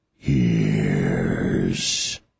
years